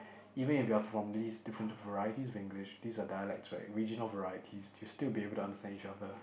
even if you're from these different varieties of English these are dialects right original varieties you still be able to understand each other